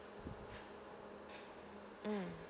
mm